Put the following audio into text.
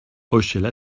hochaient